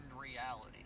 reality